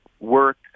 work